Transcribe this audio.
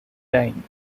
time